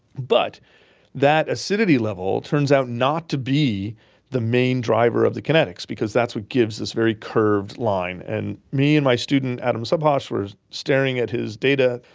but that acidity level turns out not to be the main driver of the kinetics because that's what gives this very curved line. and me and my student adam subhas were staring at his data,